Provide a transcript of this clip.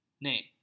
name